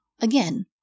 Again